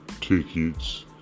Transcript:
tickets